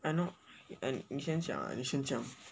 I know uh 你先讲你先讲